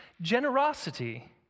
generosity